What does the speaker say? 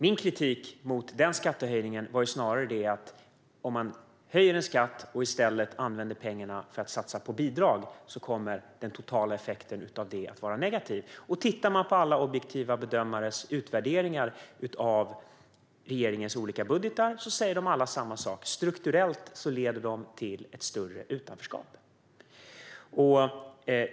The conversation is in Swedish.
Min kritik mot skattehöjningen var snarare att om man höjer en skatt och använder pengarna för att satsa på bidrag kommer den totala effekten att vara negativ. Alla objektiva bedömares utvärderingar av regeringens olika budgetar säger samma sak: Strukturellt leder de till ett större utanförskap.